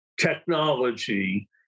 technology